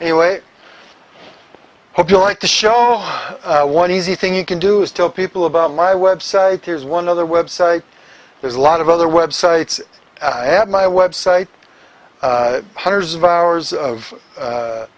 anyway hope you like to show me one easy thing you can do is tell people about my website here's one other website there's a lot of other websites at my website hundreds of hours of